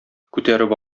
күтәреп